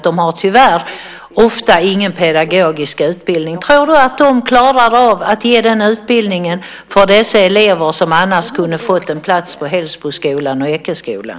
De har tyvärr ofta ingen pedagogisk utbildning. Tror du att de klarar av att ge utbildning för de elever som annars kunde ha fått en plats på Hällsboskolan och Ekeskolan?